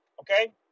okay